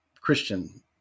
Christian